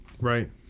Right